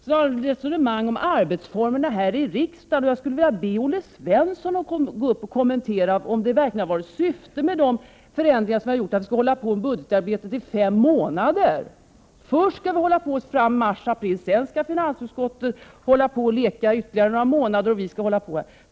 Beträffande resonemanget om arbetsformerna här i riksdagen skulle jag vilja be Olle Svensson att gå upp i talarstolen och kommentera om syftet med de förändringar som har gjorts har varit att vi skall hålla på med budgetarbetet i fem månader. Först skall vi hålla på med detta fram till mars eller april. Sedan skall finansutskottet hålla att leka ytterligare några månader.